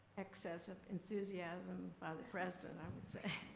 excess of enthusiasm by the president, i would say.